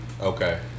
okay